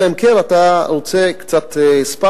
אלא אם כן אתה רוצה קצת ספא,